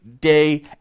day